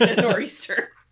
Nor'easter